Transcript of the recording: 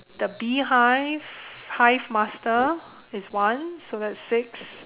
the beehive hive master is one so that's six